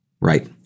Right